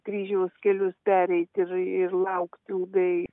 kryžiaus kelius pereiti ir ir laukt ilgai